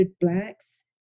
Blacks